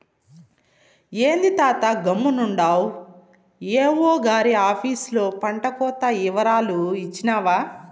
ఏంది తాతా గమ్మునుండావు ఏవో గారి ఆపీసులో పంటకోత ఇవరాలు ఇచ్చినావా